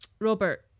Robert